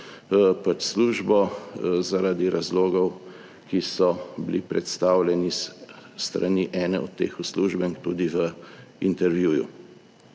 službo zaradi razlogov, ki so bili predstavljeni s strani ene od teh uslužbenk tudi v intervjuju;